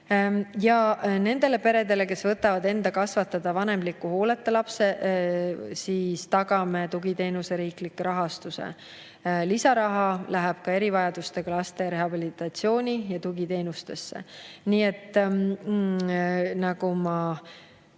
Nendele peredele, kes võtavad enda kasvatada vanemliku hooleta lapse, tagame tugiteenuse riikliku rahastuse. Lisaraha läheb ka erivajadustega laste rehabilitatsiooni ja tugiteenustesse. Nagu ma